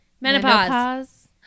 Menopause